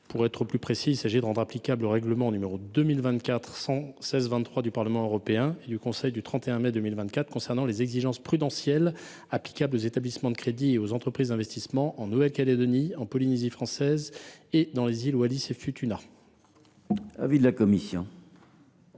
Pacifique. Plus précisément, il s’agit de rendre applicable le règlement n° 2024/1623 du Parlement européen et du Conseil du 31 mai 2024, qui concerne les exigences prudentielles imputables aux établissements de crédit et aux entreprises d’investissement, en Nouvelle Calédonie, en Polynésie française et dans les îles de Wallis et Futuna. Quel est l’avis de la commission